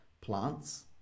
Plants